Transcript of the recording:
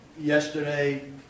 Yesterday